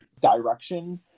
direction